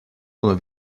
tourne